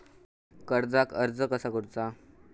कर्जाक अर्ज कसा करुचा?